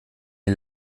die